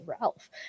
Ralph